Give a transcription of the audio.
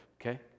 okay